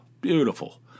beautiful